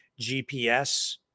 GPS